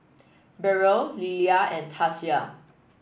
Beryl Lilia and Tasia